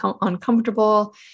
uncomfortable